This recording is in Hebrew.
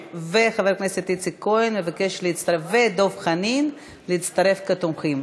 איציק כהן ודב חנין מבקשים להצטרף כתומכים,